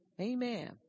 Amen